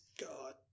God